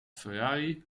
ferrari